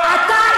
אתה,